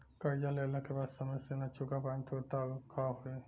कर्जा लेला के बाद समय से ना चुका पाएम त का होई?